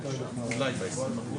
דברים.